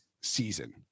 season